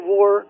War